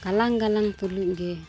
ᱜᱟᱞᱟᱝ ᱜᱟᱞᱟᱝ ᱛᱩᱞᱩᱡ ᱜᱮ